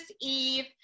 Eve